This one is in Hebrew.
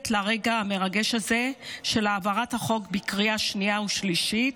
לרגע המרגש הזה של העברת החוק בקריאה שנייה ושלישית,